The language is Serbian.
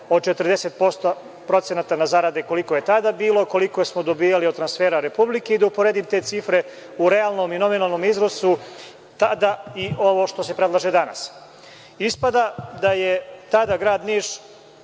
od 40% na zarade, koliko je tada bilo, koliko smo dobijali od transfera Republike i da uporedim te cifre u realnom i nominalnom iznosu tada i ovo što se predlaže danas. Ispada da je tada grad Niš